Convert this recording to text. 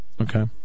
Okay